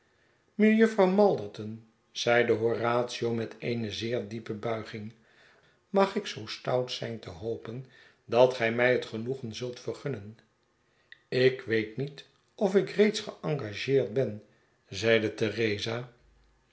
mejuffer malderton zeide horatio met eene zeer diepe bulging mag ik zoo stout zijn te hopen dat gij mij het genoegen zult vergunnen ik weet niet of ik reeds geengageerd ben zeide theresa